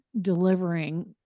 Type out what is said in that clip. delivering